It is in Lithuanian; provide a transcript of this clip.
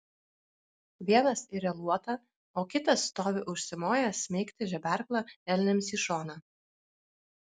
vienas iria luotą o kitas stovi užsimojęs smeigti žeberklą elniams į šoną